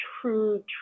true